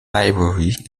library